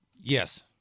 Yes